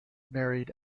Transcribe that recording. married